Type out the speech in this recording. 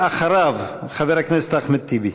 אחריו, חבר הכנסת אחמד טיבי.